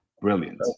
Brilliant